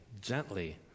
gently